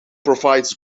provides